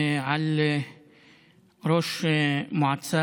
פיז'ה, למה זה